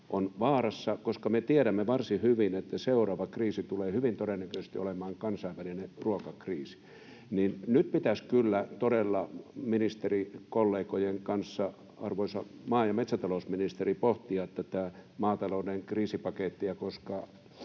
on vaarassa, koska me tiedämme varsin hyvin, että seuraava kriisi tulee hyvin todennäköisesti olemaan kansainvälinen ruokakriisi. Nyt pitäisi kyllä todella ministerikollegojen kanssa, arvoisa maa- ja metsätalousministeri, pohtia tätä maatalouden kriisipakettia, koska